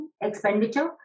expenditure